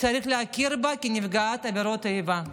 צריך להכיר בה כנפגעת עבירות איבה,